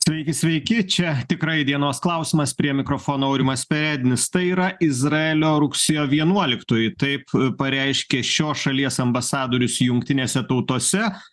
sveiki sveiki čia tikrai dienos klausimas prie mikrofono aurimas perednis tai yra izraelio rugsėjo vienuoliktoji taip pareiškė šios šalies ambasadorius jungtinėse tautose